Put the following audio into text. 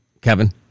Kevin